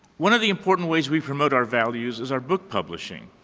one of the important ways we promote our values is our book publishing.